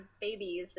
babies